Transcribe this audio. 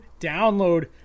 download